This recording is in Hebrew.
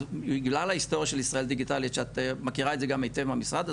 אז בגלל ההיסטוריה של ישראל דיגיטלית שאת מכירה את זה גם היטב מהמשרד,